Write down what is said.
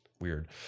Weird